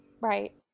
Right